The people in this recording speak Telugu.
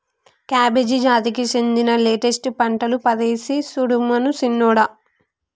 కాబేజి జాతికి సెందిన లెట్టస్ పంటలు పదేసి సుడమను సిన్నోడా